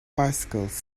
bicycles